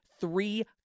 three